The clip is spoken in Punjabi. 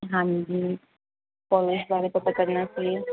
ਹਾਂਜੀ ਕੋਲੇਜ ਬਾਰੇ ਪਤਾ ਕਰਨਾ ਸੀ